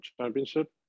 Championship